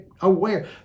aware